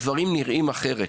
הדברים נראים אחרת.